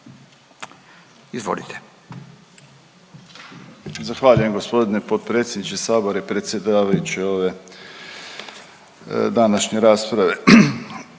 Izvolite.